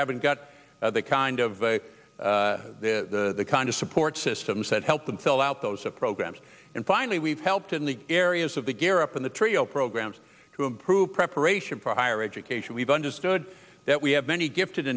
haven't got the kind of a kind of support systems that help them fill out those programs and finally we've helped in the areas of the gear up in the trio programs to improve preparation for higher education we've understood that we have many gifted